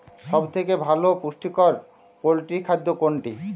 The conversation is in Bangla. সব থেকে ভালো পুষ্টিকর পোল্ট্রী খাদ্য কোনটি?